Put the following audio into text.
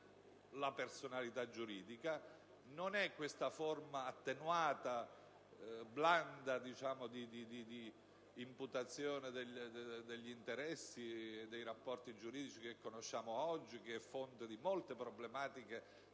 la personalità giuridica, non è questa forma attenuata, blanda, di imputazione degli interessi e dei rapporti giuridici che conosciamo oggi e che è fonte di molte problematiche